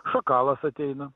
šakalas ateina